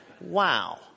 Wow